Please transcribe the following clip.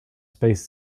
space